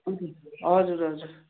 हजुर हजुर